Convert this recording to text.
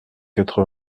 quatre